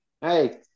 hey